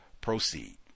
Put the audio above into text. Proceed